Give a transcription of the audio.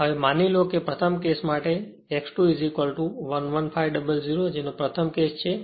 તો હવે માની લો કે પ્રથમ કેસ માટે આ સંબંધમાં જ્યાં X2 11500 જેનો પ્રથમ કેસ છે